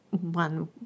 one